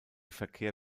verkehr